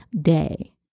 day